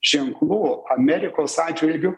ženklų amerikos atžvilgiu